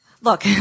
Look